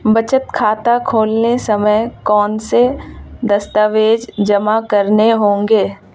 बचत खाता खोलते समय कौनसे दस्तावेज़ जमा करने होंगे?